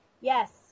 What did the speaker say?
yes